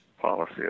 policy